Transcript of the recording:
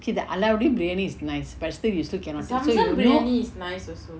see the alladdin briyani is nice but still you still cannot so you know